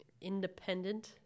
independent